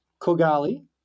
Kogali